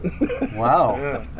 Wow